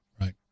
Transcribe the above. Right